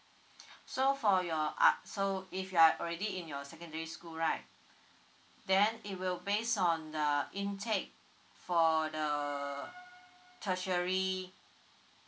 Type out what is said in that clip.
so for your up so if you are already in your secondary school right then it will base on the intake for the tertiary